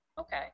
Okay